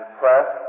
press